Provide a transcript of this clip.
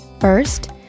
First